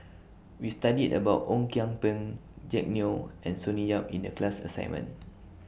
We studied about Ong Kian Peng Jack Neo and Sonny Yap in The class assignment